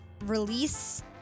release